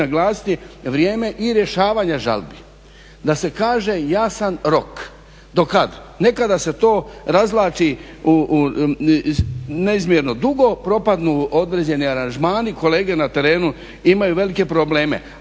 uvijek naglasiti vrijeme i rješavanja žalbi, da se kaže jasan rok do kada. Nekada se to razvlači neizmjerno dugo, propadnu određeni aranžmani kolege na trenu imaju velike probleme.